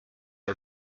are